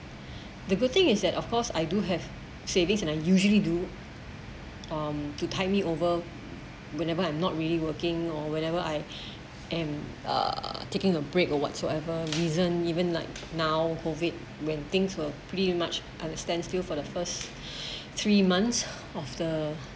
the good thing is that of course I do have savings and I usually um do to tide me over whenever I'm not really working or whatever I am uh taking a break or whatsoever reason even like now COVID when things were pretty much understands still for the first three months of the